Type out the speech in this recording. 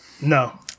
No